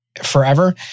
forever